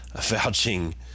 vouching